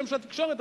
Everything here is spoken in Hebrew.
כשם שהתקשורת,